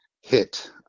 HIT